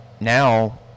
now